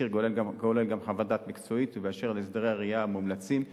התסקיר כולל גם חוות דעת מקצועית אשר להסדרי הראייה המומלצים,